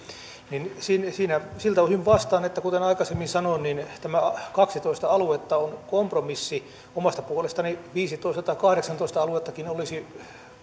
niin siltä osin vastaan että kuten aikaisemmin sanoin kaksitoista aluetta on kompromissi omasta puolestani viisitoista tai kahdeksantoistakin aluetta olisi